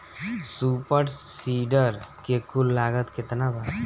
Super seeder के कुल लागत केतना बा?